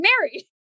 Married